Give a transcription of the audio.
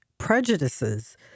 prejudices